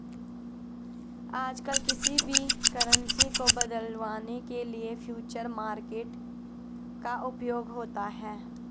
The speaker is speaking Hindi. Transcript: आजकल किसी भी करन्सी को बदलवाने के लिये फ्यूचर मार्केट का उपयोग होता है